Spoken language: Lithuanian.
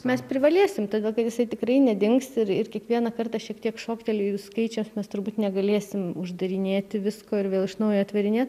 mes privalėsim todėl kad jisai tikrai nedings ir ir kiekvieną kartą šiek tiek šoktelėjus skaičiams mes turbūt negalėsim uždarinėti visko ir vėl iš naujo atverinėt